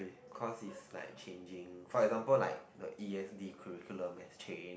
cause it's like changing for example like the E_S_D curricular has changed